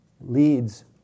leads